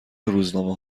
روزنامه